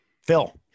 Phil